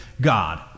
God